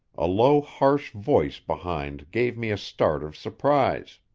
a low harsh voice behind gave me a start of surprise.